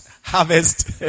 harvest